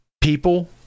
people